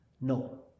No